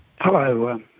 Hello